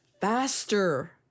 faster